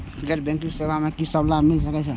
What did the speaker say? गैर बैंकिंग सेवा मैं कि सब लाभ मिल सकै ये?